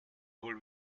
wohl